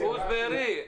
דפוס בארי,